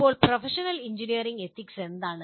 ഇപ്പോൾ professional engineering ethics എന്താണ്